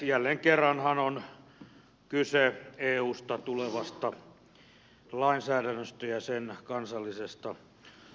jälleen kerranhan on kyse eusta tulevasta lainsäädännöstä ja sen kansallisesta soveltamisesta